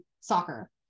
soccer